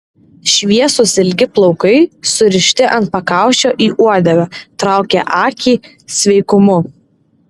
šviesūs ilgi plaukai surišti ant pakaušio į uodegą traukė akį sveikumu